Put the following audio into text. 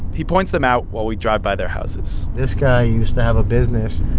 he points them out while we drive by their houses this guy used to have a business.